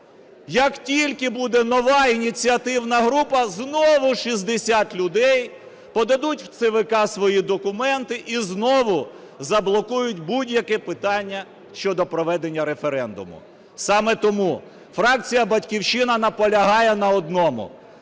як тільки буде нова ініціативна група, знову 60 людей подадуть в ЦВК свої документи і знову заблокують будь-яке питання щодо проведення референдуму. Саме тому фракція "Батьківщина" наполягає на одному: